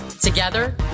Together